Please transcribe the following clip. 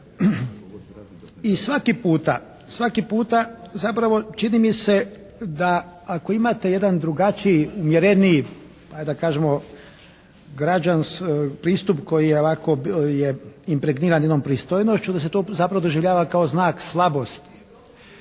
I svaki puta, svaki puta zapravo čini mi se da ako imate jedan drugačiji, umjereniji, pa da kažemo, pristup koji je ovako impregniran jednom pristojnošću onda se to zapravo doživljava kao znak slabosti.